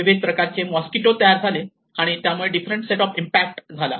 विविध प्रकारचे मॉस्किटो तयार झाले आणि त्यामुळे डिफरंट सेट ऑफ इम्पॅक्ट झाला